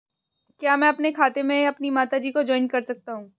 क्या मैं अपने खाते में अपनी माता जी को जॉइंट कर सकता हूँ?